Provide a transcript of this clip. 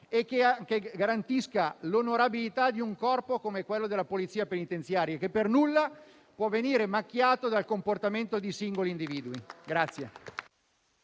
anche l'onorabilità di un corpo come quello della Polizia penitenziaria, che per nulla può venire macchiato dal comportamento di singoli individui.